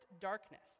darkness